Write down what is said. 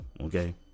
Okay